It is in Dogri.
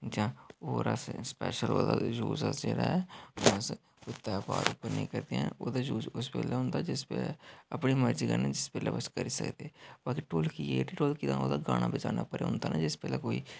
जां होर अस स्पैशल ओह्दा यूज अस जेह्ड़ा ऐ अस कोई ध्यार उप्पर नेईं करदे ओह्दा यूज उस बेल्लै होंदा जिस बेल्लै अपनी मर्जी कन्नै जिस बेल्लै बी अस करी सकदे बाकी ढोलकी ऐ ते ढोलकी दा गाना बजाना पर औंदा न जिस बेल्लै कोई